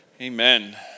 Amen